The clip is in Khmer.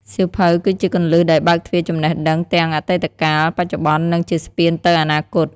សៀវភៅគឺជាគន្លឹះដែលបើកទ្វារចំណេះដឹងទាំងអតីតកាល បច្ចុប្បន្ន និងជាស្ពានទៅអនាគត។